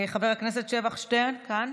חבר הכנסת שבח שטרן, כאן?